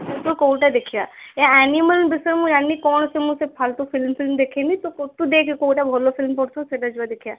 ତ କୋଉଟା ଦେଖିବା ଏ ଆନିମଲ୍ ବିଷୟରେ ମୁଁ ଜାଣିନି କ'ଣ ସେ ମୁଁ ଫାଲତୁ ଫିଲ୍ମ ଫିଲ୍ମ ଦେଖେନି ତୁ ଦେଖେ କେଉଁଟା ଭଲ ଫିଲ୍ମ ପଡ଼ୁଥିବ ସେଇଟା ଯିବା ଦେଖିବା